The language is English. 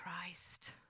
Christ